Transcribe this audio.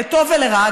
לטוב ולרע,